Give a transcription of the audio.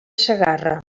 segarra